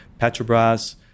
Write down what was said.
Petrobras